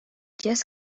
jas